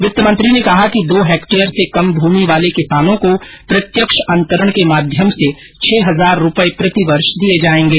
वित्तमंत्री ने कहा कि दो हेक्टोयर से कम भूमि वाले किसानों को प्रत्यक्ष अंतरण के माध्यम से छह हजार रूपये प्रतिवर्ष दिये जायेंगे